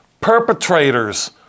perpetrators